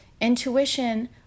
intuition